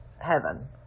heaven